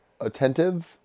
attentive